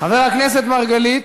חבר הכנסת מרגלית,